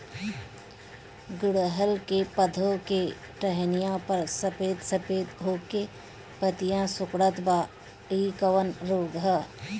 गुड़हल के पधौ के टहनियाँ पर सफेद सफेद हो के पतईया सुकुड़त बा इ कवन रोग ह?